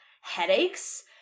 headaches